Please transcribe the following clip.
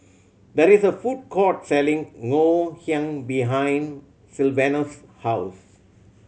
that is a food court selling Ngoh Hiang behind Sylvanus' house